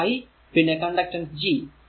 current i പിന്നെ conductance G